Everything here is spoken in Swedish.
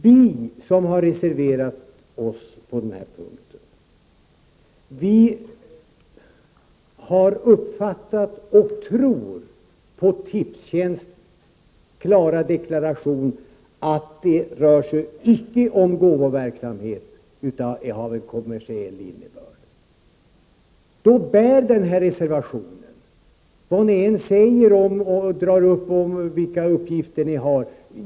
Vi som har re serverat oss på den här punkten tror på Tipstjänsts klara deklaration att det inte rör sig om gåvoverksamhet utan att detta har en kommersiell innebörd. Då bär reservationen, vad ni än säger och vilka uppgifter ni än drar fram.